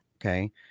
Okay